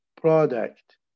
product